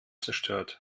zerstört